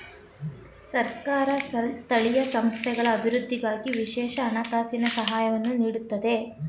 ಸರ್ಕಾರ ಸ್ಥಳೀಯ ಸಂಸ್ಥೆಗಳ ಅಭಿವೃದ್ಧಿಗಾಗಿ ವಿಶೇಷ ಹಣಕಾಸಿನ ಸಹಾಯವನ್ನು ನೀಡುತ್ತದೆ